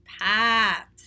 Pat